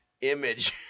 image